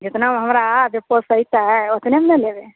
जेतनामे जे हमरा पोसैतै ओतने ने लेबै